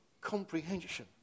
comprehension